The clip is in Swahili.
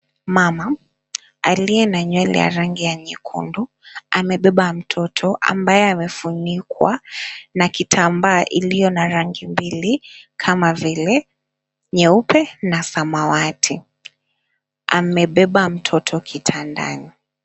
Mama aliye na nywele ya rangi ya nyekundu amebeba mtoto ambaye amefunikwa na kitambaa ilio na rangi mbili kama vile nyeupe na samawati. Amebeba mtoto kitandani.